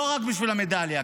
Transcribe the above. לא רק בשביל המדליה,